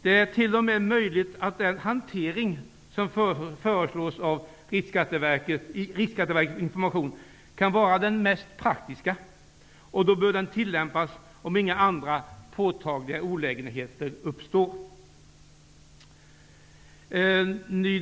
Det är t.o.m. möjligt att den hantering som föreslås i Riksskatteverkets information kan vara den mest praktiska, och då bör den tillämpas om inga påtagliga olägenheter uppstår.